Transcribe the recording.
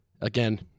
again